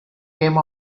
came